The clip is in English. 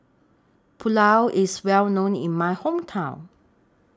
Pulao IS Well known in My Hometown